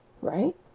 Right